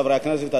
חברי הכנסת,